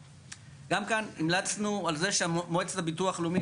גם כאן המלצנו על זה שמועצת הביטוח הלאומי,